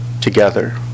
together